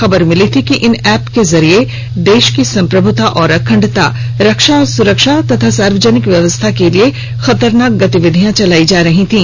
खबर मिली थी कि इन ऐप के जरिए देश की सम्प्रभुता और अखंडता रक्षा और सुरक्षा तथा सार्वजनिक व्यवस्था के लिए खतरनाक गतिविधियां चलाई जा रही थीं